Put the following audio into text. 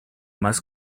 más